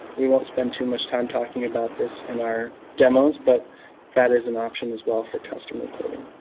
we won't spend too much time talking about this in our demos, but that is an option as well for custom reporting.